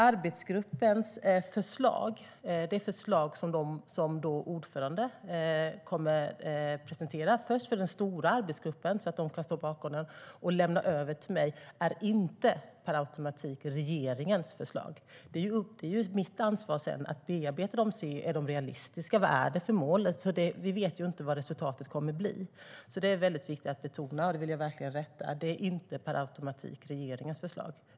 Arbetsgruppens förslag, som ordföranden först kommer att presentera för den stora arbetsgruppen så att den kan stå bakom dem, lämnas över till mig, och det är inte per automatik regeringens förslag. Det är mitt ansvar att bearbeta dem och se om de är realistiska, vad det är för mål. Vi vet ju inte vad resultatet kommer att bli. Det är väldigt viktigt att betona att det inte per automatik är regeringens förslag.